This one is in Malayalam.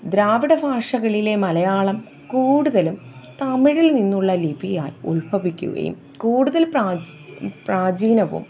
ദ്രാവിഡ ഭാഷകളിലെ മലയാളം കൂടുതലും തമിഴില് നിന്നുള്ള ലിപിയായി ഉല്ഭവിക്കുകയും കൂടുതല് പ്രാചീനം പ്രാചീനവും